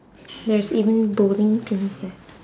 there's even bowling pins eh